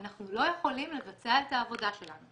אנחנו לא יכולים לבצע את העבודה שלנו.